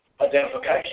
identification